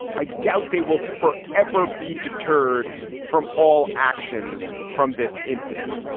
i doubt they will for ever be deterred from all actions from this incident.